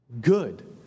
Good